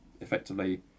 effectively